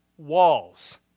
Walls